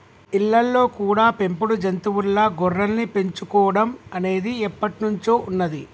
ఇళ్ళల్లో కూడా పెంపుడు జంతువుల్లా గొర్రెల్ని పెంచుకోడం అనేది ఎప్పట్నుంచో ఉన్నది